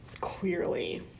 clearly